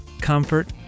comfort